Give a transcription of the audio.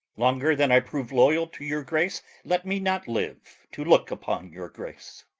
longer than i prove loyal to your grace let me not live to look upon your grace.